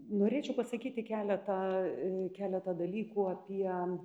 norėčiau pasakyti keletą keletą dalykų apie